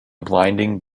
blinding